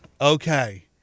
Okay